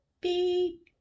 beep